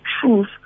truth